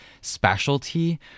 specialty